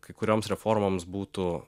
kai kurioms reformoms būtų